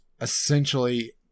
essentially